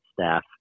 staff